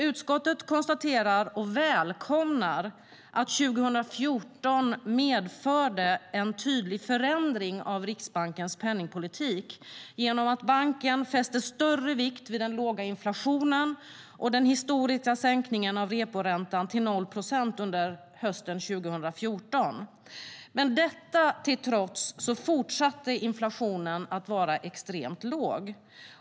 Utskottet konstaterar och välkomnar att 2014 medförde en tydlig förändring av Riksbankens penningpolitik genom att banken fäste större vikt vid den låga inflationen och genomförde den historiska sänkningen av reporäntan till 0 procent under hösten 2014. Trots detta fortsatte inflationen att vara extremt låg.